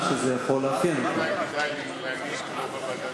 מאחר שאנחנו עוסקים במאטריה של ההשכלה הגבוהה,